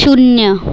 शून्य